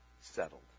settled